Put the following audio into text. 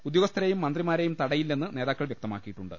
ഉദ്യോഗസ്ഥരെയും മന്ത്രിമാരെയും തട യില്ലെന്ന് നേതാക്കൾ വ്യക്തമാക്കിയിട്ടുണ്ട്